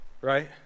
right